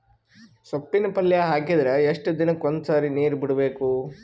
ಸೊಪ್ಪಿನ ಪಲ್ಯ ಹಾಕಿದರ ಎಷ್ಟು ದಿನಕ್ಕ ಒಂದ್ಸರಿ ನೀರು ಬಿಡಬೇಕು?